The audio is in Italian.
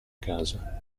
casa